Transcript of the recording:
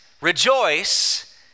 rejoice